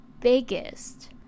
biggest